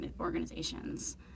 organizations